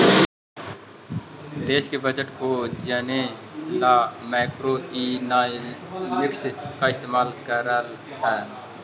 देश के बजट को जने ला मैक्रोइकॉनॉमिक्स का इस्तेमाल करल हई